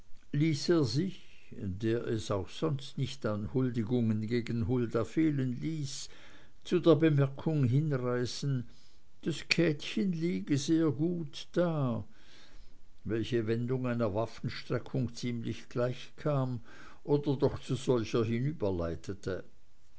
sich der es auch sonst nicht an huldigungen gegen hulda fehlen ließ zu der bemerkung hinreißen das käthchen liege sehr gut da welche wendung einer waffenstreckung ziemlich gleichkam oder doch zu solcher